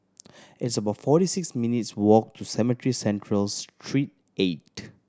it's about forty six minutes' walk to Cemetry Central Street Eight